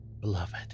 beloved